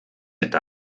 eta